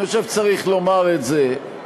אני חושב שצריך לומר את זה.